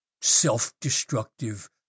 self-destructive